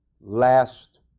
last